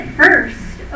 first